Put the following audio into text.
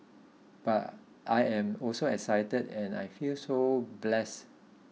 but I am also excited and I feel so blessed